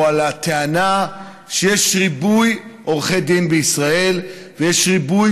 או על הטענה שיש ריבוי עורכי דין בישראל ויש ריבוי